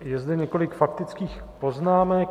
Je zde několik faktických poznámek.